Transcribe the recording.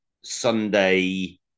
Sunday